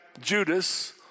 Judas